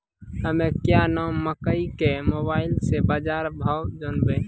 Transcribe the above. हमें क्या नाम मकई के मोबाइल से बाजार भाव जनवे?